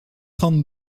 trente